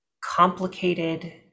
complicated